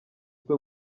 twe